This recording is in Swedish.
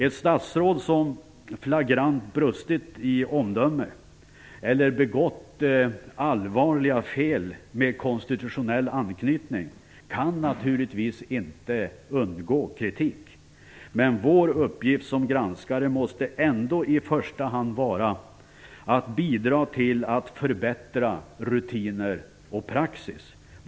Ett statsråd som flagrant brustit i omdöme eller begått allvarliga fel med konstitutionell anknytning kan naturligtvis inte undgå kritik. Men vår uppgift som granskare måste ändå i första hand vara att bidra till att förbättra rutiner och praxis.